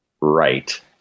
right